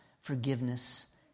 forgiveness